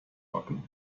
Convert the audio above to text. backen